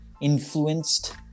influenced